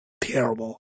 terrible